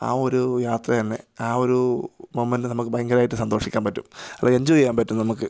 ആ ഒരു യാത്ര തന്നെ ആ ഒരു മൊമെന്റ്റ് നമുക്ക് ഭയങ്കരമായിട്ട് സന്തോഷിക്കാന് പറ്റും അപ്പോൾ എന്ജോയ് ചെയ്യാന് പറ്റും നമുക്ക്